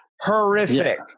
Horrific